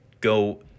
Go